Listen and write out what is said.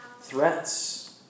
threats